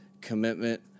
commitment